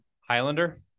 Highlander